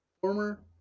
former